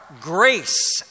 grace